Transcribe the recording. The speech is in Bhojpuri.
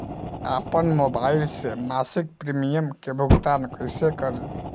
आपन मोबाइल से मसिक प्रिमियम के भुगतान कइसे करि?